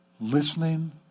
listening